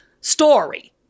story